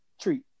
treat